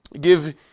Give